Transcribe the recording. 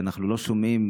שאנחנו לא שומעים,